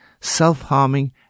self-harming